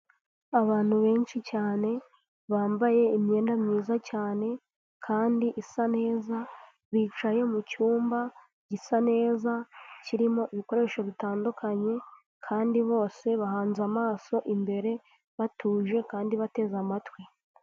Abantu benshi cyane bambaye imyenda myiza cyane kandi isa neza bicaye mu cyumba gisa neza kirimo ibikoresho bitandukanye kandi bose bahanze amaso imbere batuje kandi bateze amatwi.